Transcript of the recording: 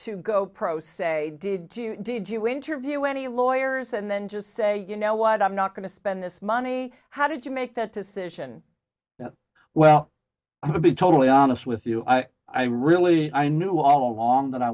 to go pro se did you did you interview any lawyers and then just say you know what i'm not going to spend this money how did you make that decision that well i'll be totally honest with you i really i knew all along that i